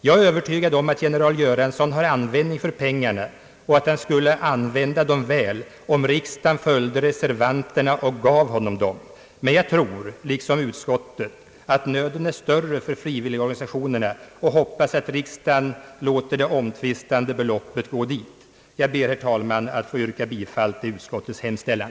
Jag är övertygad om att general Göransson har användning för pengarna och att han skulle använda dem väl, om riksdagen följde reservanterna och gav honom dem, men jag tror liksom utskottsmajoriteten att nöden är större hos frivilligorganisationerna och hoppas att riksdagen låter det omtvistade beloppet gå till dem. Jag ber, herr talman, att få yrka bifall till utskottets hemställan.